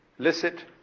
licit